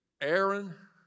Aaron